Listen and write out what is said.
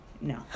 No